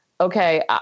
okay